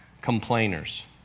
complainers